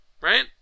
right